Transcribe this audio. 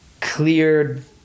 cleared